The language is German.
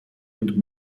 und